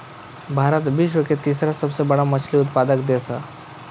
भारत विश्व के तीसरा सबसे बड़ मछली उत्पादक देश ह